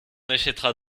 achèteras